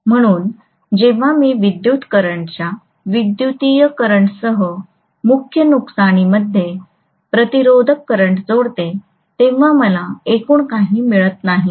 म्हणून जेव्हा मी विद्युत् करंटच्या विद्युतीय करंटसह मुख्य नुकसानीमध्ये प्रतिरोधक करंट जोडतो तेव्हा मला एकूण काही मिळत नाही